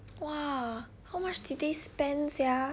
!wah! how much did they spend sia